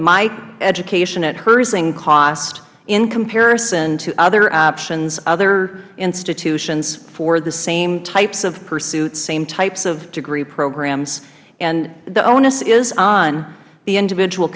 my education at herzing cost in comparison to other options other institutions for the same types of pursuits same types of degree programs and the onus is on the individual